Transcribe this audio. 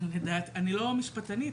אני לא משפטנית,